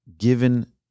given